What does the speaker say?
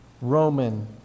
Roman